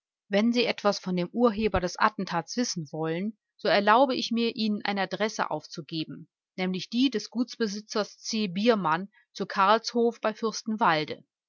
wenn sie etwas von dem urheber des attentats wissen wollen so erlaube ich mir ihnen eine adresse aufzugeben nämlich die des gutsbesitzers c biermann zu karlshof hof bei fürstenwalde